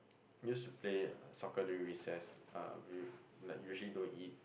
use to play uh soccer during recess uh we like usually don't eat